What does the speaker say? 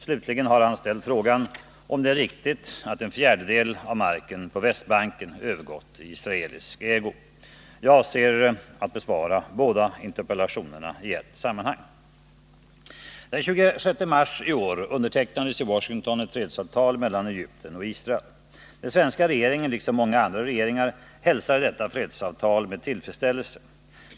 Slutligen har han ställt frågan om det är riktigt att en fjärdedel av marken på Västbanken övergått i israelisk ägo. Jag avser att besvara båda interpellationerna i ett sammanhang. Den 26 mars i år undertecknades i Washington ett fredsavtal mellan Egypten och Israel. Den svenska regeringen, liksom många andra regeringar, hälsade detta fredsavtal med tillfredsställelse.